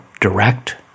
direct